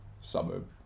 Suburb